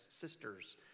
sisters